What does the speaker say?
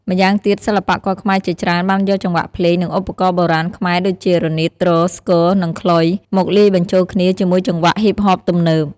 ម្យ៉ាងទៀត សិល្បករខ្មែរជាច្រើនបានយកចង្វាក់ភ្លេង និងឧបករណ៍បុរាណខ្មែរដូចជា រនាត ទ្រ ស្គរ និង ខ្លុយ មកលាយបញ្ចូលគ្នាជាមួយចង្វាក់ ហ៊ីបហប ទំនើប។